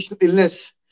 illness